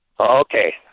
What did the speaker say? okay